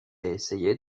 essayait